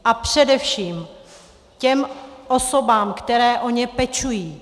A především těm osobám, které o ně pečují.